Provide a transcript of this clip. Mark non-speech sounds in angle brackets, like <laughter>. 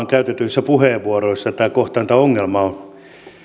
<unintelligible> käytetyissä puheenvuoroissa että tämä kohtaanto ongelma on